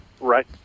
Right